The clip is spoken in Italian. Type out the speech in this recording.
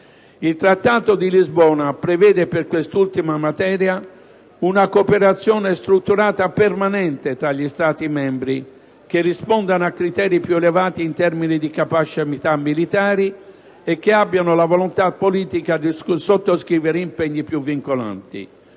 il Trattato di Lisbona prevede, per quest'ultima materia, una cooperazione strutturata permanente tra gli Stati membri che rispondano a criteri più elevati in termini di capacità militari e che abbiano la volontà politica di sottoscrivere impegni più vincolanti.